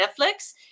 netflix